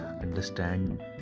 understand